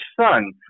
son